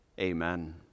Amen